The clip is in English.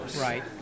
Right